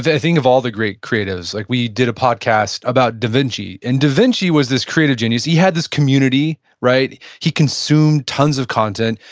think of all the great creatives. like we did a podcast about da vinci. and da vinci was this creative genius. he had this community, right? he consumed tons of content,